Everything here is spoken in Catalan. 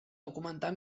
documentar